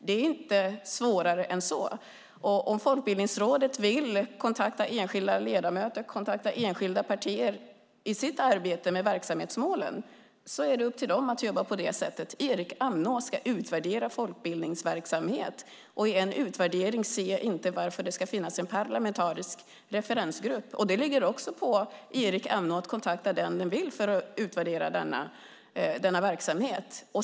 Det är inte svårare än så. Om Folkbildningsrådet vill kontakta enskilda ledamöter, enskilda partier, i sitt arbete med verksamhetsmålen är det upp till dem att jobba på det sättet. Erik Amnå ska utvärdera folkbildningsverksamhet. Jag kan inte se varför det ska finnas en parlamentarisk referensgrupp till en utvärdering. Det ligger också på Erik Amnå att kontakta den han vill för att utvärdera denna verksamhet.